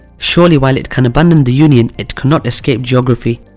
surely, while it can abandon the union, it cannot escape geography.